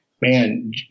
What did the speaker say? man